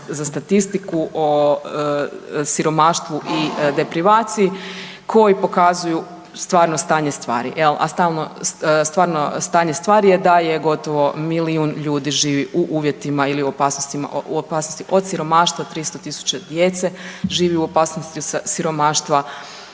podatke DZS-a o siromaštvu i deprivaciji koji pokazuju stvarno stanje stvari, a stvarno stanje stvari je da je gotovo milijun ljudi živi u uvjetima ili u opasnosti od siromaštva, 300.000 djece živi u opasnosti od siromaštva